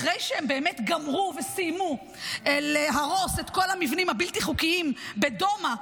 אחרי שהם גמרו וסיימו להרוס את כל המבנים הבלתי-חוקיים בדומא,